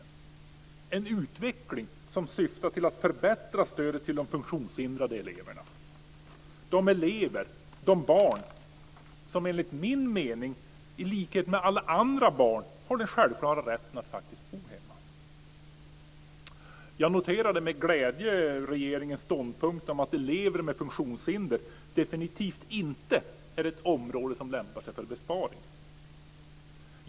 Det ska vara en utveckling som syftar till att förbättra stödet till de funktionshindrade eleverna, de barn som enligt min mening i likhet med alla andra barn har den självklara rätten att faktiskt bo hemma. Jag noterade med glädje regeringens ståndpunkt att elever med funktionshinder definitivt inte hör till ett område som lämpar sig för besparingar.